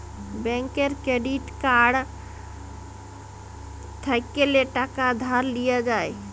ব্যাংকের credit card থ্যাইকলে টাকা ধার লিয়া যায়